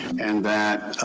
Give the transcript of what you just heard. and that